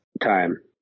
time